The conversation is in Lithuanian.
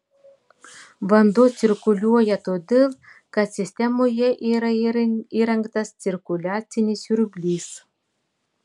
vanduo cirkuliuoja todėl kad sistemoje yra įrengtas cirkuliacinis siurblys